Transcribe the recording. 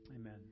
Amen